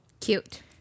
Cute